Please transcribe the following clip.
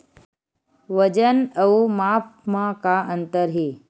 वजन अउ माप म का अंतर हे?